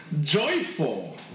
joyful